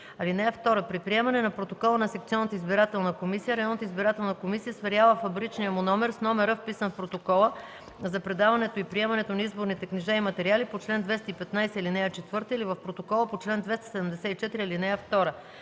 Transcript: (2) При приемане на протокола на секционната избирателна комисия районната избирателна комисия сверява фабричния му номер с номера, вписан в протокола за предаването и приемането на изборните книжа и материали по чл. 215, ал. 4 или в протокола по чл. 274, ал. 2.